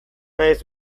naiz